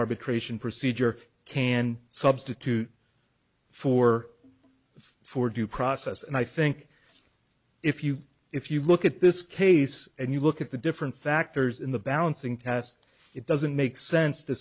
arbitration procedure can substitute for for due process and i think if you if you look at this case and you look at the different factors in the balancing test it doesn't make sense to